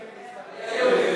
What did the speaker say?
להסתפק.